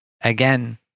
again